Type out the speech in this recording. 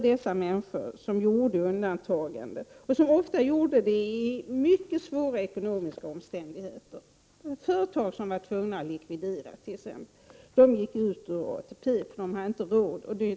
De människor som gjorde undantagande och som ofta gjorde det i mycket svåra ekonomiska omständigheter var t.ex. företagare som var tvungna att likvidera och därför gick ur ATP; de hade inte råd med någonting annat.